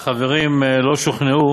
שהחברים לא שוכנעו,